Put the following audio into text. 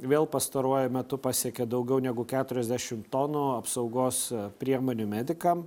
vėl pastaruoju metu pasiekė daugiau negu keturiasdešim tonų apsaugos priemonių medikam